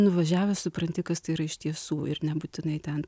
nuvažiavęs supranti kas tai yra iš tiesų ir nebūtinai ten